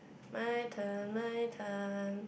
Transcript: my turn my turn